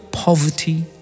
Poverty